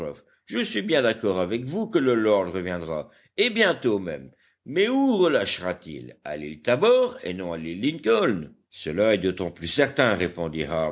je suis bien d'accord avec vous que le lord reviendra et bientôt même mais où relâchera t il à l'île tabor et non à l'île lincoln cela est d'autant plus certain répondit